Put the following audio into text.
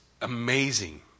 amazing